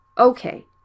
Okay